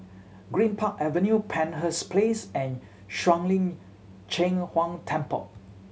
Greenpark Avenue Penshurst Place and Shuang Lin Cheng Huang Temple